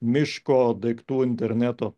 miško daiktų interneto